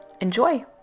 Enjoy